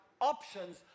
options